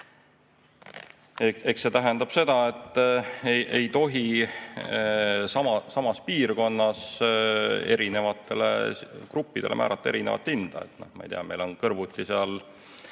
Eks see tähendab seda, et ei tohi samas piirkonnas eri gruppidele määrata erinevat hinda. Ma ei tea, on kõrvuti seal